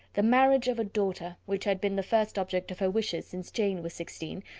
the marriage of a daughter, which had been the first object of her wishes since jane was sixteen,